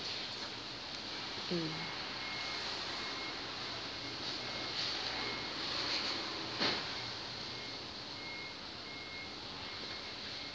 mm